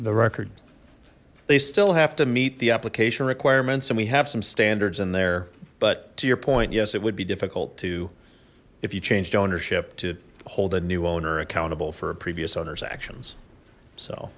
the record they still have to meet the application requirements and we have some standards in there but to your point yes it would be difficult to if you changed ownership to hold a new owner accountable for previous owners actions so